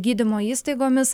gydymo įstaigomis